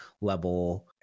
level